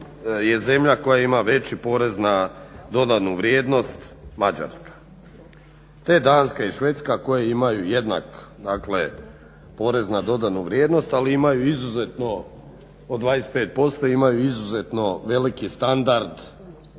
je zemlja koja ima veći porez na dodanu vrijednost Mađarska te Danska i Švedska koje imaju jednak dakle porez na dodanu vrijednost od 25% ali imaju izuzetno veliki standard